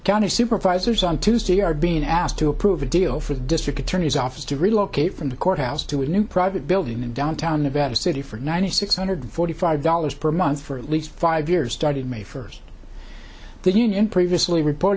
county supervisors on tuesday are being asked to approve a deal for the district attorney's office to relocate from the courthouse to a new private building in downtown nevada city for ninety six hundred forty five dollars per month for at least five years started may first the union previously report